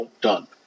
done